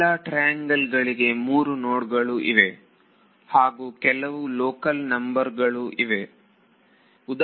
ಎಲ್ಲಾ ಟ್ರಯಾಂಗಲ್ ಗಳಿಗೆ 3 ನೋಡ್ಗಳು ಇವೆ ಕೆಲವು ಲೋಕಲ್ ನಂಬರ್ಗಳು ಇರುತ್ತವೆ